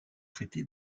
traité